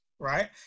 Right